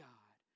God